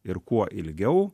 ir kuo ilgiau